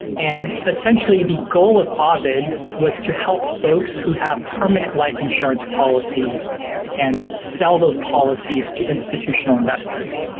and essentially, the goal of ah ovid was to help folks who have permanent life insurance policies and sell those policies to institutional investors.